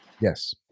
Yes